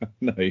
No